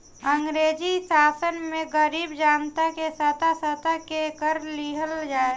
अंग्रेजी शासन में गरीब जनता के सता सता के कर लिहल जाए